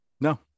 No